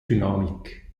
dynamik